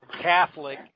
Catholic